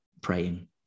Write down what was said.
praying